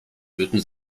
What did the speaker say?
würden